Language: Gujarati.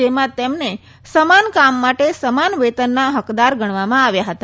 જેમાં તેમને સમાન કામ માટે સમાન વેતનના હકદાર ગણવામાં આવ્યા હતા